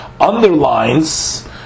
underlines